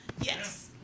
Yes